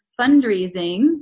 fundraising